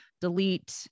delete